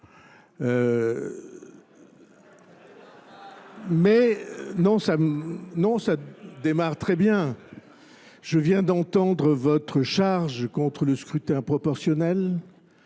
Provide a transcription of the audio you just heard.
me... Non, ça démarre très bien. Je viens d'entendre votre charge contre le scrutin proportionnel.